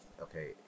okay